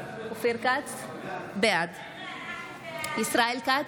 אופיר כץ, בעד ישראל כץ,